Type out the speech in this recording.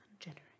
ungenerous